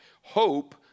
Hope